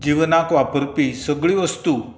जिवनाक वापरपी सगळ्यो वस्तू